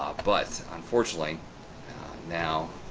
ah but unfortunately now,